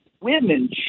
women